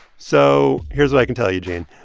so here's what i can tell you, gene